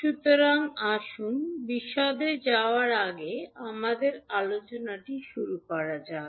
সুতরাং আসুন বিশদে যাওয়ার আগে আমাদের আলোচনাটি শুরু করা যাক